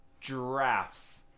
giraffes